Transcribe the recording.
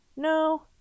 No